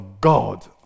God